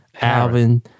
Alvin